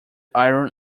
iron